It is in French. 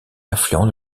affluent